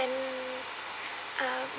um